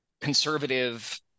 conservative